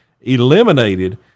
eliminated